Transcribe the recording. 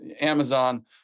Amazon